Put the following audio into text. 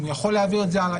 אם הוא יכול להעביר את זה הלאה,